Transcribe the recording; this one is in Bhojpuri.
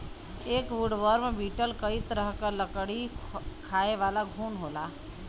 एक वुडवर्म बीटल कई तरह क लकड़ी खायेवाला घुन होला